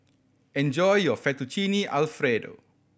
enjoy your Fettuccine Alfredo